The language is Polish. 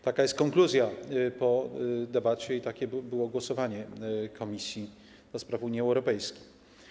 Taka jest konkluzja po debacie i takie było głosowanie w Komisji do Spraw Unii Europejskiej.